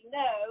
no